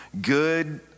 good